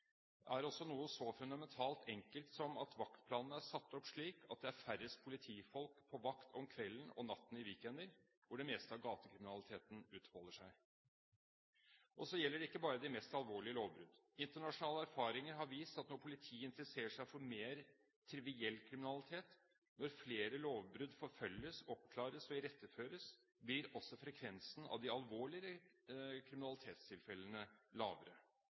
også til noe så fundamentalt enkelt som at vaktplanene er satt opp slik at det er færrest politifolk på vakt om kvelden og natten i weekender, da det meste av gatekriminaliteten utfolder seg. Dette gjelder ikke bare de mest alvorlige lovbrudd. Internasjonal erfaring har vist at når politiet interesserer seg for mer triviell kriminalitet, når flere lovbrudd forfølges, oppklares og iretteføres, blir også frekvensen av de alvorligere kriminalitetstilfellene lavere,